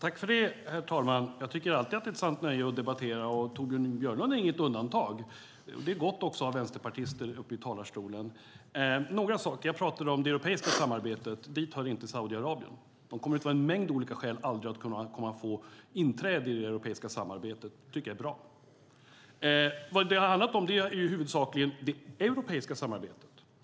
Herr talman! Jag tycker alltid att det är ett sant nöje att debattera, och Torbjörn Björlund är inget undantag. Det är gott att även ha vänsterpartister i talarstolen. Jag talade om det europeiska samarbetet. Dit hör inte Saudiarabien. Saudiarabien kommer av en mängd olika skäl aldrig att få inträde i det europeiska samarbetet. Det tycker jag är bra. Vad det har handlat om är huvudsakligen det europeiska samarbetet.